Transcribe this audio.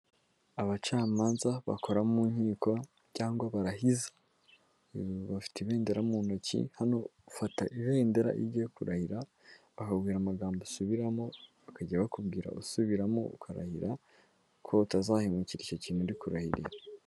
Abacamanza bakora mu nkiko, cyangwa barahiza, bafite ibendera mu ntoki, hano ufata ibendera iyogiye kurahira, bakabwira amagambo asubiramo, bakajya bakubwira usubiramo ukarahira, ko utazahemukira icyo kintu urikurarahira.